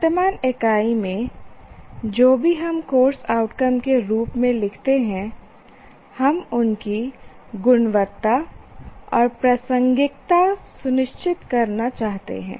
वर्तमान इकाई में जो भी हम कोर्स आउटकम के रूप में लिखते हैं हम उनकी गुणवत्ता और प्रासंगिकता सुनिश्चित करना चाहते हैं